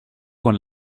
con